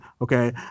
okay